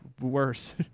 worse